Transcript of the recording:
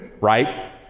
right